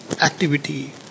activity